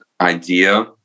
idea